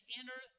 enter